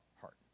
heart